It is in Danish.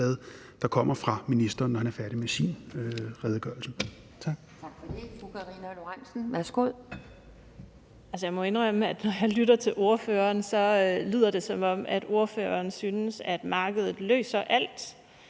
der kommer fra ministeren, når han er færdig med sin redegørelse.